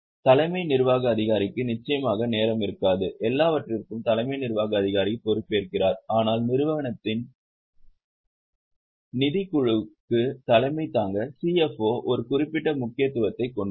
தலைமை நிர்வாக அதிகாரிக்கு நிச்சயமாக நேரம் இருக்காது எல்லாவற்றிற்கும் தலைமை நிர்வாக அதிகாரி பொறுப்பேற்கிறார் ஆனால் நிறுவனத்தின் நிதிக் குழுவுக்கு தலைமை தாங்க CFO ஒரு குறிப்பிட்ட முக்கியத்துவத்தைக் கொண்டுள்ளது